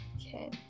Okay